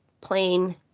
plain